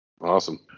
Awesome